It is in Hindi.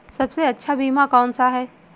सबसे अच्छा बीमा कौनसा है?